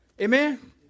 Amen